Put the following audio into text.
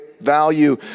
value